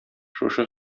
шушы